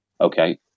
okay